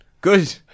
Good